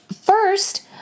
first